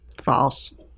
False